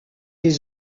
des